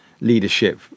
Leadership